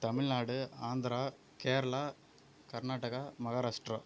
Tamil Nadu Andhra Kerala Karnataka Maharashtra